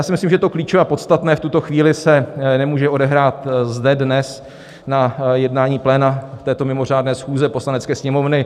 Myslím si, že to klíčové a podstatné v tuto chvíli se nemůže odehrát zde dnes, na jednání pléna této mimořádné schůze Poslanecké sněmovny.